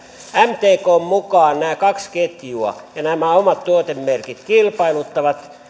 mtkn mukaan nämä kaksi ketjua ja nämä omat tuotemerkit kilpailuttavat